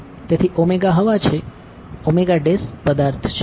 તેથી હવા છે પદાર્થ છે